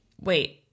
wait